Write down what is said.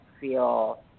feel